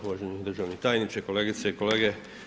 Uvaženi državni tajniče, kolegice i kolege.